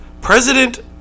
President